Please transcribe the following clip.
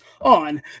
on